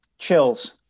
Chills